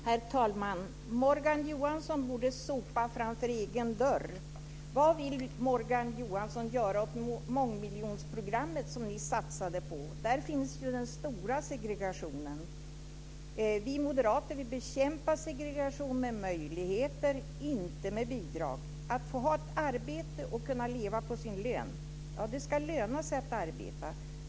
Herr talman! Morgan Johansson borde sopa framför egen dörr. Vad vill Morgan Johansson göra åt mångmiljonsprogrammet som ni satsade på? Där finns ju den stora segregationen. Vi moderater vill bekämpa segregation med möjligheter, inte med bidrag. Man ska ha ett arbete och kunna leva på sin lön. Det ska löna sig att arbeta.